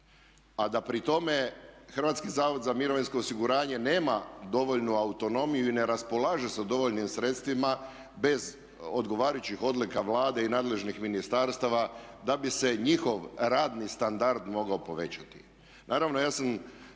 a da pri tome HZMO nema dovoljnu autonomiju i ne raspolaže sa dovoljnim sredstvima bez odgovarajućih odlika Vlade i nadležnih ministarstava da bi se njihov radni standard mogao povećati. Naravno ja sam